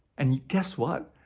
and guess, what?